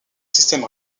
système